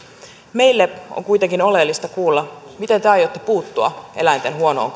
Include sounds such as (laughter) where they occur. meille on kuitenkin oleellista kuulla miten te aiotte puuttua eläinten huonoon (unintelligible)